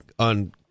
on